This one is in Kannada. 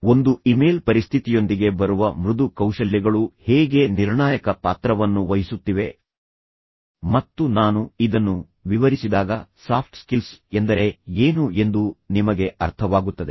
ಒಂದು ಇಮೇಲ್ ಪರಿಸ್ಥಿತಿಯೊಂದಿಗೆ ಬರುವ ಮೃದು ಕೌಶಲ್ಯಗಳು ಹೇಗೆ ನಿರ್ಣಾಯಕ ಪಾತ್ರವನ್ನು ವಹಿಸುತ್ತಿವೆ ಮತ್ತು ನಾನು ಇದನ್ನು ವಿವರಿಸಿದಾಗ ಸಾಫ್ಟ್ ಸ್ಕಿಲ್ಸ್ ಎಂದರೆ ಏನು ಎಂದು ನಿಮಗೆ ಅರ್ಥವಾಗುತ್ತದೆ